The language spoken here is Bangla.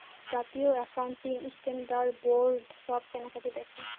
ভারতীয় একাউন্টিং স্ট্যান্ডার্ড বোর্ড সব কেনাকাটি দেখে